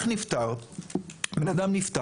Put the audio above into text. אח נפטר, בן אדם נפטר.